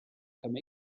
comme